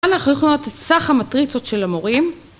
כאן אנחנו יכולים לראות את סך המטריצות של המורים.